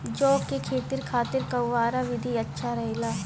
जौ के सिंचाई खातिर फव्वारा विधि अच्छा रहेला?